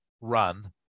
run